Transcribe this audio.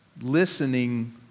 Listening